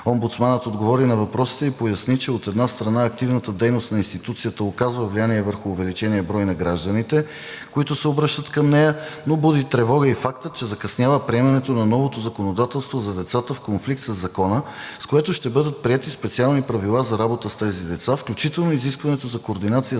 Омбудсманът отговори на въпросите и поясни, че, от една страна, активната дейност на институцията оказва влияние върху увеличения брой на гражданите, които се обръщат към нея, но буди тревога и фактът, че закъснява приемането на новото законодателство за децата в конфликт със закона, с което ще бъдат приети специални правила за работа с тези деца, включително изискването за координация